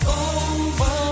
over